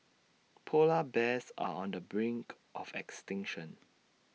Polar Bears are on the brink of extinction